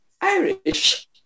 Irish